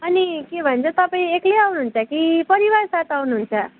अनि के भन्छ तपाईँ एक्लै आउनुहुन्छ कि परिवारसाथ आउनुहुन्छ